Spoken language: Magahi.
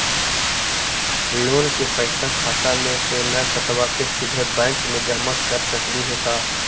लोन के पैसा खाता मे से न कटवा के सिधे बैंक में जमा कर सकली हे का?